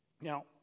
Now